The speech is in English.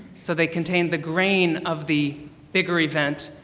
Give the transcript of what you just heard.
so they contain the grain of the bigger event.